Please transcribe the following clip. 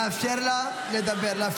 חברים, לאפשר לה לדבר.